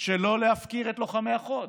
שלא להפקיר את לוחמי החוד.